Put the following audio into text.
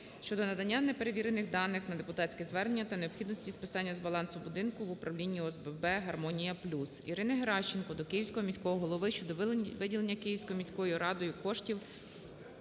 щодо надання неперевірених даних на депутатське звернення та необхідності списання з балансу будинку в управління ОСББ "Гармонія-плюс". Ірини Геращенко до Київського міського голови щодо виділення Київською міською радою коштів